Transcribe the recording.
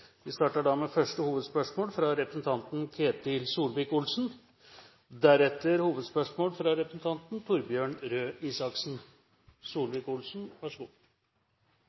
Vi starter da med første hovedspørsmål, fra representanten Ketil